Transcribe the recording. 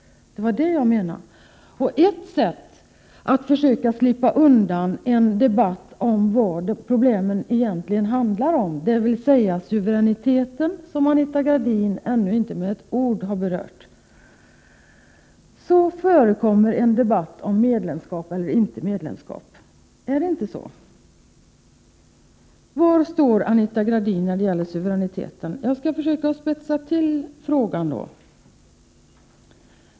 Ett sätt att försöka slippa undan en debatt om vad problemen egentligen handlar om, dvs. suveräniteten — som Anita Gradin ännu inte med ett ord har berört — är att ta upp en debatt om medlemskap eller inte medlemskap. Är det inte så? Varstår Anita Gradin när det gäller suveräniteten? Jag skall försöka spetsa till frågan.